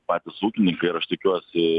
patys ūkininkai ir aš tikiuosi